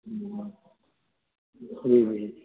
ہوں ٹھیک ہے